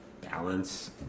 balance